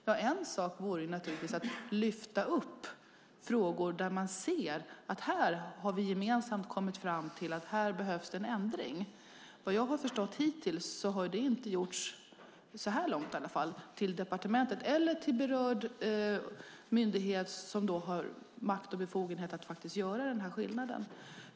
Ja, en sak vore naturligtvis att lyfta fram frågor där man ser att vi gemensamt har kommit fram till att det behövs en ändring. Efter vad förstår har det så här långt inte lyfts fram till departementet eller till berörd myndighet som har makt och befogenheter att göra den här ändringen.